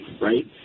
right